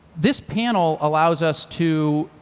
this panel allows us to